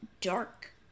dark